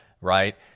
right